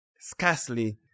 Scarcely